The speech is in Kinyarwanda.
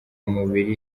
umubiri